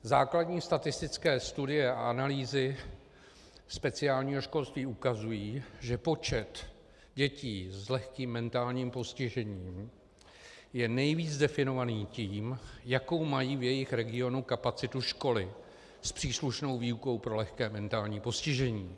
Základní statistické studie a analýzy speciálního školství ukazují, že počet dětí s lehkým mentálním postižením je nejvíce definovaný tím, jakou mají v jejich regionu kapacitu školy s příslušnou výukou pro lehké mentální postižení.